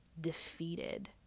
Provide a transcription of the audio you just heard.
defeated